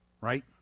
right